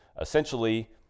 essentially